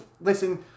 listen